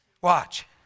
Watch